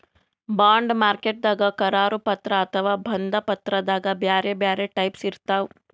bond ಮಾರ್ಕೆಟ್ದಾಗ್ ಕರಾರು ಪತ್ರ ಅಥವಾ ಬಂಧ ಪತ್ರದಾಗ್ ಬ್ಯಾರೆ ಬ್ಯಾರೆ ಟೈಪ್ಸ್ ಇರ್ತವ್